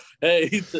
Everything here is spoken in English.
Hey